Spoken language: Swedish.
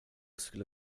skulle